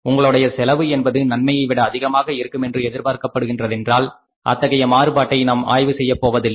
உங்களுடைய செலவு என்பது நன்மையை விட அதிகமாக இருக்கும் என்று எதிர்பார்க்கப்படுகின்றதென்றால் அத்தகைய மாறுபாட்டை நாம் ஆய்வு செய்யப்போவதில்லை